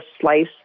slice